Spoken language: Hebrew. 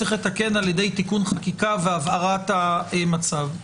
לתקן על-ידי תיקון חקיקה והבהרת המצב.